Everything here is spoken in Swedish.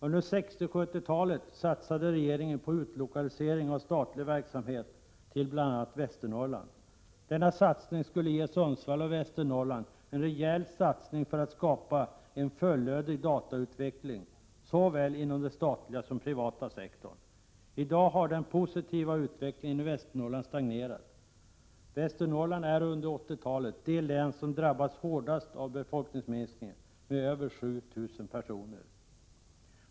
Under 60 och 70-talen satsade regeringen på utlokalisering av statlig verksamhet till bl.a. Västernorrland. Denna satsning skulle ge Sundsvall och Västernorrland en rejäl möjlighet att skapa en fullödig datautveckling såväl inom den statliga som inom den privata sektorn. I dag har den positiva utvecklingen i Västernorrland stagnerat. Västernorrland är under 80-talet det län som drabbats hårdast av befolkningsminskningen med över 7 000 personer.